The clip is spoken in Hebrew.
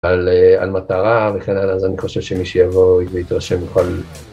על מטרה וכן הלאה, אז אני חושב שמי שיבוא ויתרשם יכול...